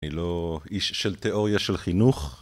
אני לא איש של תיאוריה של חינוך,